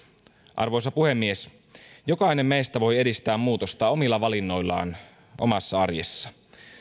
arvoisa puhemies jokainen meistä voi edistää muutosta omilla valinnoillaan omassa arjessa